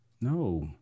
no